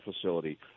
facility